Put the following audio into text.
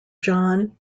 john